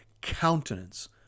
countenance